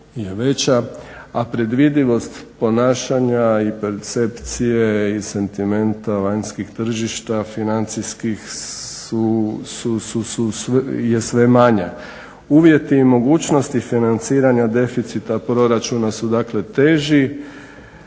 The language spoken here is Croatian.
a predvidivost ponašanja i percepcije i sentimenta vanjskih tržišta financijskih je sve manja. Uvjeti i mogućnosti financiranja deficita proračuna su teži